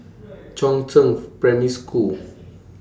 Chongzheng Primary School